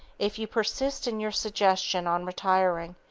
if you persist in your suggestion on retiring,